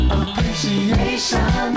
appreciation